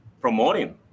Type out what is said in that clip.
promoting